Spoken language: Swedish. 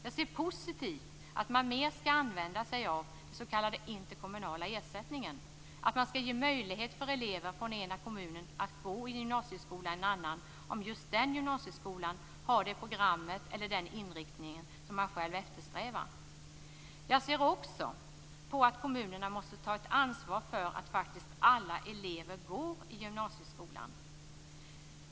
Jag ser positivt på att mer använda sig av den s.k. interkommunala ersättningen och därmed ge möjlighet för en elev från en kommun att gå i gymnasieskola i en annan om just den gymnasieskolan har det program eller den inriktning han eftersträvar. Jag anser också att kommunerna måste ta ett ansvar för att alla elever faktiskt går i gymnasieskolan.